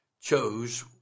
chose